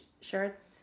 shirts